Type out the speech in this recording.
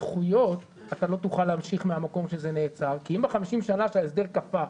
זכויות אתה לא תוכל להמשיך מהמקום בו זה נעצר כי אם 50 שנים ההסדר קפא,